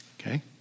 okay